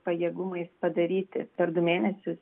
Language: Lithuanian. pajėgumais padaryti per du mėnesius